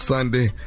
Sunday